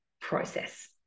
process